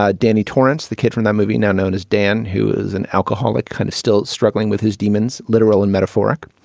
ah danny torrance the kid from that movie now known as dan who is an alcoholic kind of still struggling with his demons literal and metaphoric.